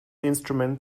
instrument